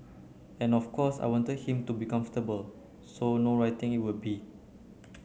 and of course I wanted him to be comfortable so no writing it would be